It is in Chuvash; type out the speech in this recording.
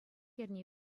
эрне